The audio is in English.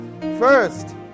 first